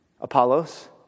Apollos